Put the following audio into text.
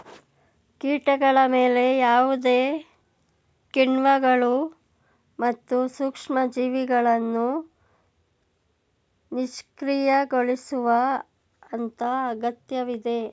ಕೀಟಗಳ ಮೇಲೆ ಯಾವುದೇ ಕಿಣ್ವಗಳು ಮತ್ತು ಸೂಕ್ಷ್ಮಜೀವಿಗಳನ್ನು ನಿಷ್ಕ್ರಿಯಗೊಳಿಸುವ ಹಂತ ಅಗತ್ಯವಿದೆ